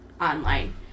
online